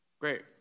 Great